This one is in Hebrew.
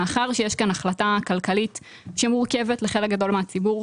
מאחר שיש כאן החלטה כלכלית שמורכבת מחלק גדול מהציבור,